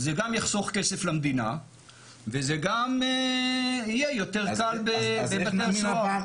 זה גם יחסוך כסף למדינה וזה גם יהיה יותר קל בבתי הסוהר.